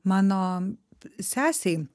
mano sesei